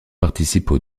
participent